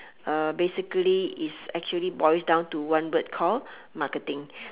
uh basically it's actually boils down to one word call marketing